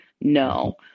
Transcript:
No